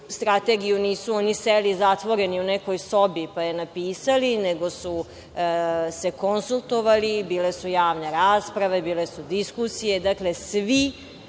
Strategiju nisu oni seli u nekoj zatvorenoj sobi pa je napisali, nego su se konsultovali, bile su javne rasprave, bile su diskusije. Dakle, svi